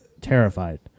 terrified